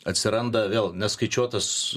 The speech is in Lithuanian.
atsiranda vėl neskaičiuotos